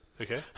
okay